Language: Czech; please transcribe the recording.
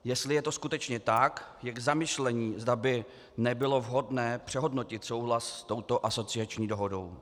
Jestli je to skutečně tak, je k zamyšlení, zda by nebylo vhodné přehodnotit souhlas s touto asociační dohodou.